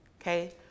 Okay